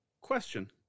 Question